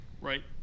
right